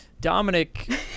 Dominic